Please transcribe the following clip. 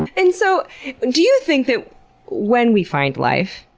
and so do you think that when we find life.